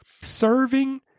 Serving